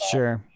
Sure